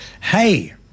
hey